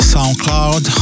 Soundcloud